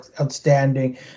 outstanding